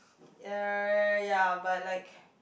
uh ya but like